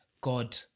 God